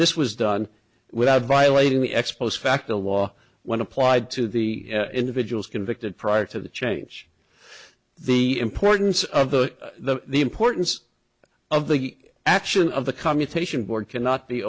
this was done without violating the ex post facto law when applied to the individuals convicted prior to the change the importance of the the the importance of the action of the commutation board cannot be